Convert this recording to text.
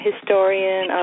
historian